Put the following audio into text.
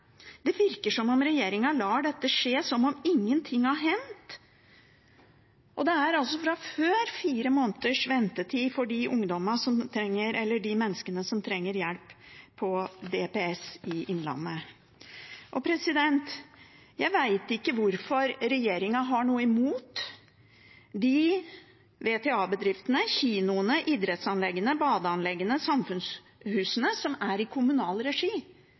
Det virker som om regjeringen lar dette skje som om ingenting har hendt, og det er fra før fire måneders ventetid for de menneskene som trenger hjelp på DPS i Innlandet. Og jeg vet ikke hvorfor regjeringen har noe imot de VTA-bedriftene, kinoene, idrettsanleggene, badeanleggene og samfunnshusene som er i kommunal regi.